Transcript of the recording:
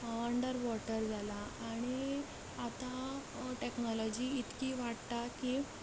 under water जालां आनी आतां टॅक्नोलॉजी इतकी वाडटा की